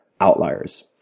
outliers